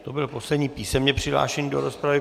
To byl poslední písemně přihlášený do rozpravy.